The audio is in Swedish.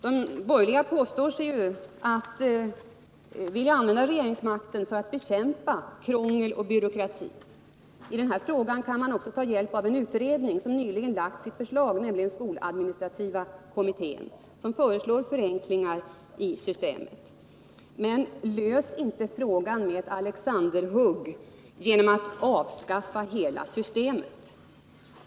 De borgerliga påstår sig vilja använda regeringsmakten för att bekämpa krångel och byråkrati. I den här frågan kan man också ta hjälp av en utredning som nyligen har lagt fram sitt förslag, nämligen skoladministrativa kommittén, som föreslår förenklingar i systemet. Men lös inte frågan med ett Alexanderhugg genom att avskaffa hela bidraget!